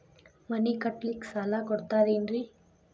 ಮನಿ ಕಟ್ಲಿಕ್ಕ ಸಾಲ ಕೊಡ್ತಾರೇನ್ರಿ?